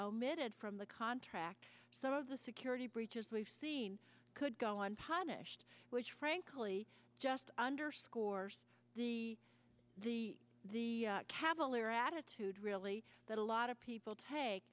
omitted from the contract some of the security breaches we've seen could go on punished which frankly just underscores the the the cavalier attitude really that a lot of people take